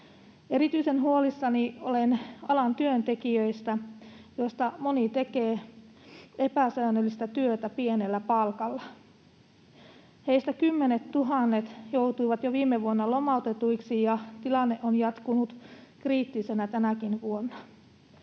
Erityisen huolissani olen alan työntekijöistä, joista moni tekee epäsäännöllistä työtä pienellä palkalla. Heistä kymmenettuhannet joutuivat jo viime vuonna lomautetuiksi, ja tilanne on jatkunut kriittisenä tänäkin vuonna.